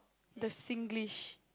the Singlish